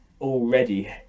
already